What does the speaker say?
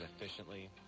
efficiently